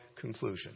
conclusion